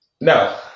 No